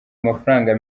amafaranga